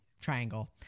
triangle